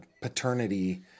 paternity